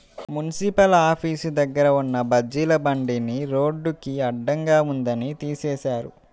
municipal office దగ్గర ఉన్న బజ్జీల బండిని రోడ్డుకి అడ్డంగా ఉందని తీసేశారు